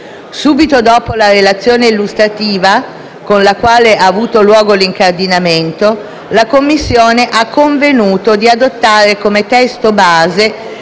Subito dopo la relazione illustrativa, con la quale ha avuto luogo l'incardinamento, la Commissione ha convenuto di adottare come testo base